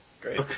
Great